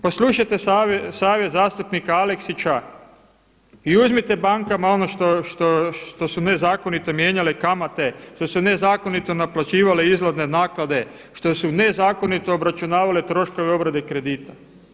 Poslušajte savjet zastupnika Aleksića i uzmite bankama ono što su nezakonito mijenjale kamate, što su nezakonito naplaćivale izlazne naknade, što su nezakonito obračunavale troškove obrade kredita.